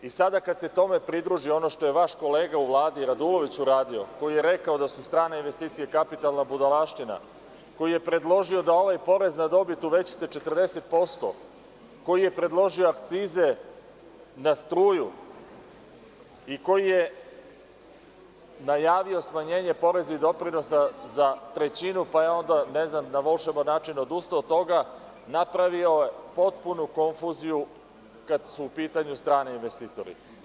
Sada kada se tome pridruži ono što je vaš kolega u Vladi, Radulović uradio, koji je rekao da su strane investicije kapitalna budalaština, koji je predložio da ovaj porez na dobit uvećate 40%, koji je predložio akcize na struju i koji je najavio smanjenje poreza i doprinosa za trećinu, pa je onda ne znam na volšeban način odustao od toga, napravio je potpunu konfuziju kada su u pitanju strani investitori.